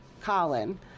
Colin